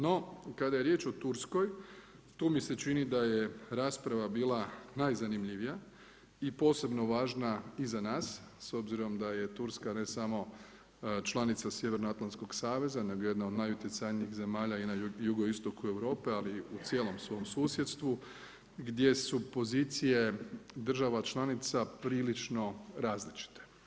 No, kada je riječ o Turskoj, tu mi se čini da je rasprava bila najzanimljivija i posebno važna i za nas s obzirom da je Turska ne samo članica Sjeveroatlantskog saveza nego i jedna od najutjecajnijih zemalja i na jugoistoku Europe ali i u cijelom svom susjedstvu gdje su pozicije država članica prilično različite.